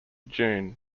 june